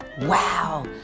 Wow